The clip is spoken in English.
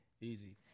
Easy